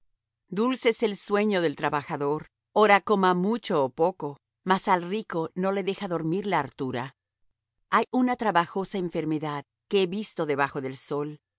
es el sueño del trabajador ora coma mucho ó poco mas al rico no le deja dormir la hartura hay una trabajosa enfermedad que he visto debajo del sol